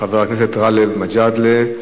חבר הכנסת גאלב מג'אדלה.